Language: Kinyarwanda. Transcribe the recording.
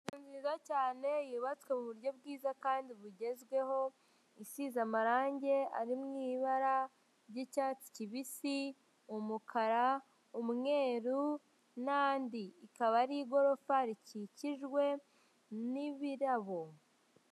Inzu nziza cyane yubatswe mu buryo bwiza kandi bugezweho isize amarangi ari mu ibara ry'icyatsi kibisi, umukara, umweru n'andi ikaba ari igorofa rikikijwe n'ibirabo.